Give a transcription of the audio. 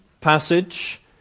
passage